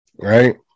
Right